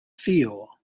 fuel